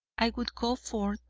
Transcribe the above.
i would go forth,